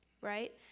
right